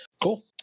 Cool